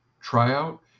tryout